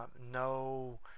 no